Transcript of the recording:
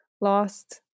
Lost